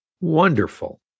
Wonderful